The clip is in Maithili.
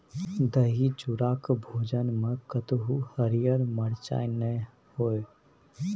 दही चूड़ाक भोजमे कतहु हरियर मिरचाइ नै होए